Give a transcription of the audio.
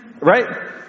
Right